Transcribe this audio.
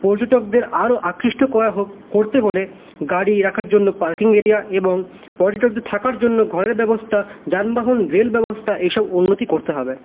পর্যটকদের আরও আকৃষ্ট করা হোক করতে হলে গাড়ি রাখার জন্য পার্কিং এরিয়া এবং পর্যটকদের থাকার জন্য ঘরের ব্যবস্থা যানবাহন রেলব্যবস্থা এইসব উন্নতি করতে হবে